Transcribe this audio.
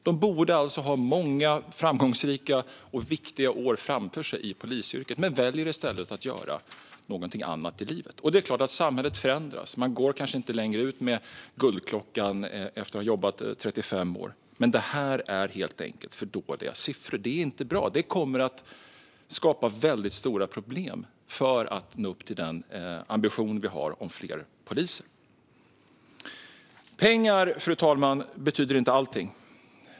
De borde ha många framgångsrika och viktiga år framför sig i polisyrket men väljer i stället att göra någonting annat i livet. Det är klart att samhället förändras. Man går kanske inte längre ut med guldklockan efter att ha jobbat 35 år. Men detta är helt enkelt för dåliga siffror. Det är inte bra. Det kommer att skapa väldigt stora problem för att nå upp till den ambition vi har om fler poliser. Fru talman! Pengar betyder inte allting.